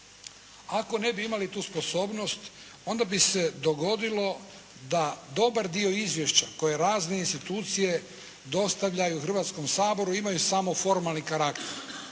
Ako ne bi imali tu sposobnost, onda bi se dogodilo da dobar dio izvješća koje razne institucije dostavljaju Hrvatskom saboru imaju samo formalni karakter.